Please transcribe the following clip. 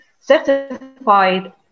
certified